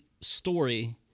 story